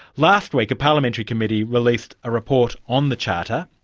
last week a parliamentary committee released a report on the charter.